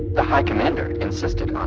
the high commander insisted on